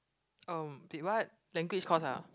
um wait what language course ah